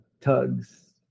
tugs